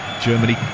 Germany